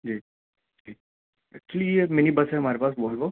جی جی ایکچولی یہ منی بس ہے ہمارے پاس والوو